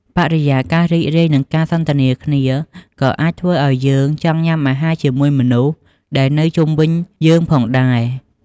បរិយាកាសរីករាយ និងការសន្ទនាគ្នាក៏អាចធ្វើឱ្យយើងចង់ញ៊ាំអាហារជាមួយមនុស្សដែលនៅជុំវិញយើងផងដែរ។